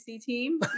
team